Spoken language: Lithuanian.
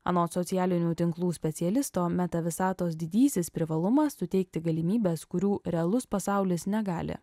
anot socialinių tinklų specialisto meta visatos didysis privalumas suteikti galimybes kurių realus pasaulis negali